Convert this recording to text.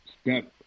step